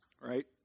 right